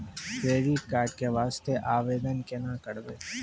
Credit card के वास्ते आवेदन केना करबै?